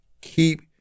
keep